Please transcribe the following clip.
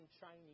Chinese